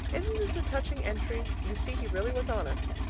isn't this a touching entry? you see he really was honest.